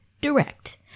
direct